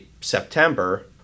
September